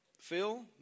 Phil